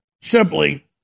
Simply